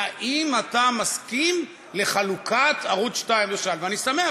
"האם אתה מסכים לחלוקת ערוץ 2?" ואני שמח